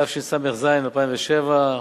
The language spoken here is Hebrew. התשס"ז 2007,